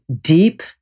deep